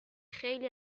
خیلی